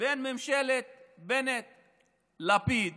בין ממשלת בנט-לפיד